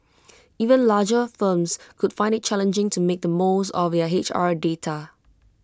even larger firms could find IT challenging to make the most of their H R data